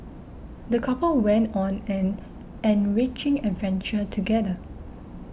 the couple went on an enriching adventure together